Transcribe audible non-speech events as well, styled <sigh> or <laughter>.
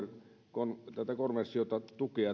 tätä konversiota tukea <unintelligible>